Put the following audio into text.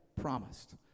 promised